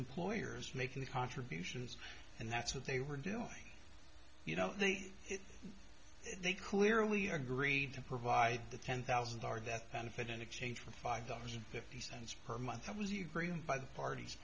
employers making the contributions and that's what they were doing you know they clearly agreed to provide the ten thousand dollar that benefit in exchange for five dollars and fifty cents per month that was your brain by the parties